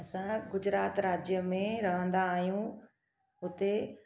असां गुजरात राज्य में रहंदा आहियूं हुते